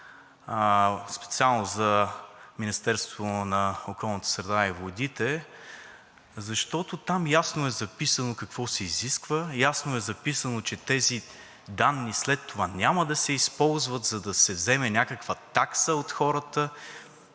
Специално за Министерството на околната среда и водите, защото там ясно е записано какво се изисква, ясно е записано, че тези данни след това няма да се използват, за да се вземе някаква такса от хората,